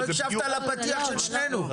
אתה לא הקשבת לפתיח של שנינו.